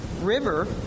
River